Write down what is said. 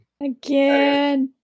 Again